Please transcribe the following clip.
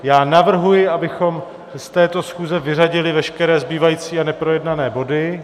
Já navrhuji, abychom z této schůze vyřadili veškeré zbývající a neprojednané body.